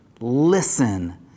listen